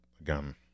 again